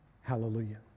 Hallelujah